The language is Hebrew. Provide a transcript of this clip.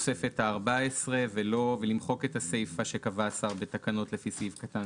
לתוספת הארבע עשרה ולמחוק את הסיפה "שקבע השר בתקנות לפי סעיף קטן